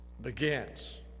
begins